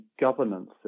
governance